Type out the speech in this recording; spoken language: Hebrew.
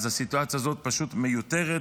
הסיטואציה הזאת פשוט מיותרת,